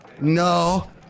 No